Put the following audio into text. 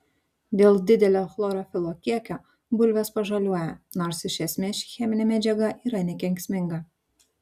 dėl didelio chlorofilo kiekio bulvės pažaliuoja nors iš esmės ši cheminė medžiaga yra nekenksminga